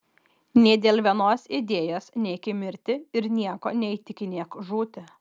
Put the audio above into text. nė dėl vienos idėjos neik į mirtį ir nieko neįtikinėk žūti